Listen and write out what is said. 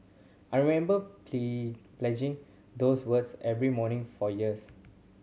I remember pledging those words every morning for years